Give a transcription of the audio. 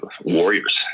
warriors